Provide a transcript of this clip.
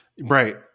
Right